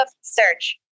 search